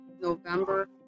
November